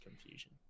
confusion